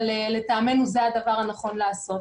אבל לטעמנו זה הדבר הנכון לעשות.